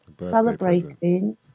celebrating